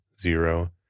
zero